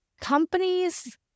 companies